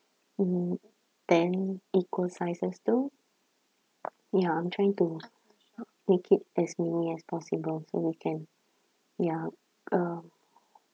hmm ten equal slices too ya I'm trying to make it as mini as possible so we can ya uh